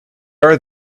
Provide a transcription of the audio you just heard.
are